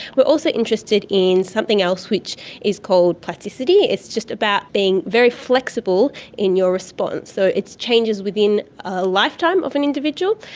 we are also interested in something else which is called plasticity, it's just about being very flexible in your response, so it's changes within a lifetime of an individual.